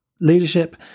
leadership